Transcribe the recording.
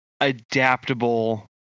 adaptable